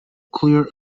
clear